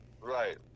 Right